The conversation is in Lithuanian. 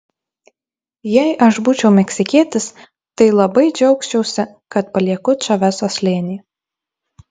jei aš būčiau meksikietis tai labai džiaugčiausi kad palieku čaveso slėnį